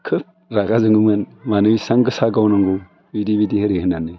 खोब रागा जोङोमोन मानो एसेबां गोसा गावनांगौ बिदि बिदि ओरै होन्नानै